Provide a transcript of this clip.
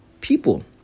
people